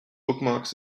bookmarks